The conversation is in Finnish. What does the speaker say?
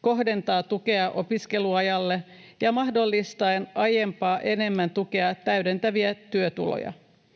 kohdentaa tukea opiskeluajalle ja mahdollistaa aiempaa enemmän tukea täydentäviä työtuloja.